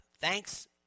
Thanks